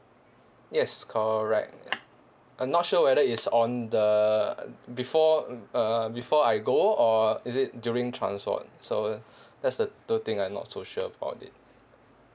yes correct I'm not sure whether it's on the before uh before I go or is it during so that's the thing I not so sure about it